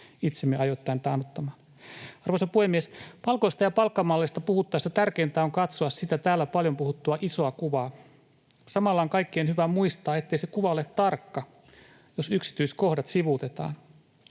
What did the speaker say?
itsemme ajoittain taannuttamaan. Arvoisa puhemies! Palkoista ja palkkamalleista puhuttaessa tärkeintä on katsoa sitä täällä paljon puhuttua isoa kuvaa. Samalla on kaikkien hyvä muistaa, ettei se kuva ole tarkka, jos yksityiskohdat sivuutetaan.